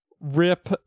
rip